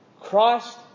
Christ